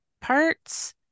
parts